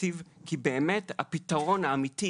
כי באמת, הפיתרון האמיתי